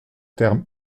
terme